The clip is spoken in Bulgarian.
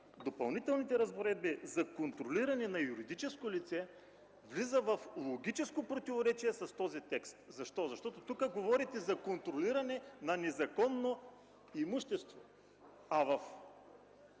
допълнителните разпоредби за контролиране на юридическо лице влиза в логическо противоречие с този текст. Защо? Защото тук говорите за контролиране на незаконно имущество, а в